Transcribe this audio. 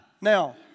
Now